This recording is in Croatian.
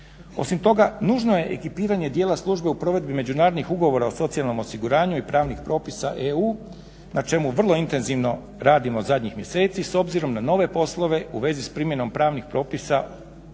Osim toga, nužno je ekipiranje dijela službe u provedbi međunarodnih ugovora o socijalnom osiguranju i pravnih propisa EU na čemu vrlo intenzivno radimo zadnjih mjeseci s obzirom na nove poslove u vezi s primjenom pravnih propisa